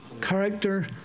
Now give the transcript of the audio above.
Character